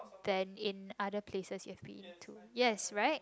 than in other places you've been into yes right